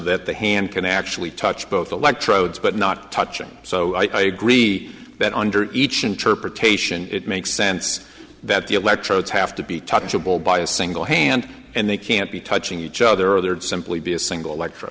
that the hand can actually touch both electrodes but not touching so i agree that under each interpretation it makes sense that the electrodes have to be touchable by a single hand and they can't be touching each other either to simply be a single electr